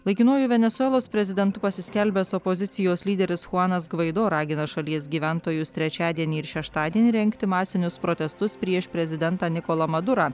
laikinuoju venesuelos prezidentu pasiskelbęs opozicijos lyderis chuanas gvaido ragina šalies gyventojus trečiadienį ir šeštadienį rengti masinius protestus prieš prezidentą nikolą madurą